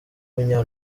w’umunya